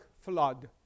flood